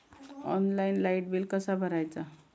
Online light bill कसा भरायचा?